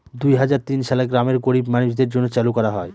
দুই হাজার তিন সালে গ্রামের গরীব মানুষদের জন্য চালু করা হয়